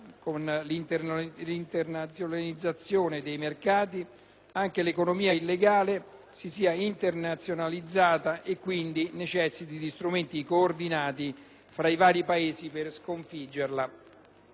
con l'internazionalizzazione dei mercati, anche l'economia illegale si sia internazionalizzata e, quindi, necessiti di strumenti coordinati fra i vari Paesi per essere